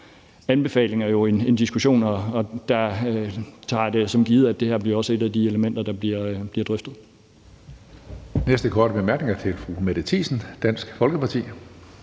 anbefalinger en diskussion, og der tager jeg det som givet, at det her også bliver et af de elementer, der bliver drøftet.